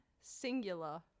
singular